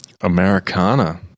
Americana